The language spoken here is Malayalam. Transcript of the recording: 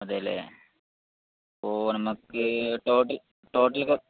അതേ അല്ലേ അപ്പോൾ നമുക്ക് ടോട്ടൽ ടോട്ടൽ ഒക്കെ